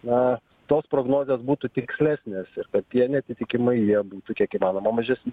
na tos prognozės būtų tikslesnės ir kad tie neatitikimai jie būtų kiek įmanoma mažesni